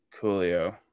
Coolio